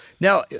Now